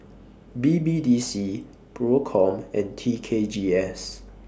B B D C PROCOM and T K G S